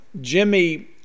Jimmy